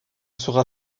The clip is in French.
sera